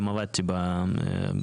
גם עבדתי בחברה,